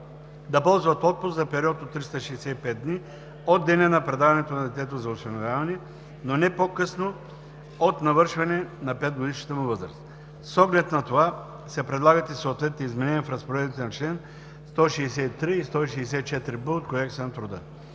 да ползват отпуск за период от 365 дни от деня на предаването на детето за осиновяване, но не по-късно от навършване на 5-годишната му възраст. С оглед на това се предлагат и съответните изменения в разпоредбите на чл. 163 и 164б от Кодекса на труда.